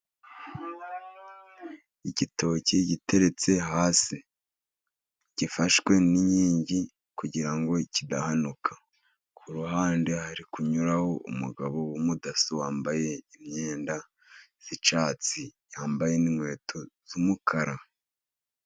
Igitoki giteretse hasi, gifashwe n'inkingi kugira ngo kidahanuka. Ku ruhande hari kunyuraho umugabo w'umudaso wambaye imyenda y'icyatsi, yambaye n'inkweto z'umukara.